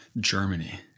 Germany